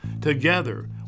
Together